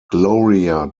gloria